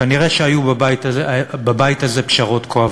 כנראה היו בבית הזה פשרות כואבות.